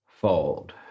Fold